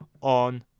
on